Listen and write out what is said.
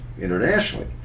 internationally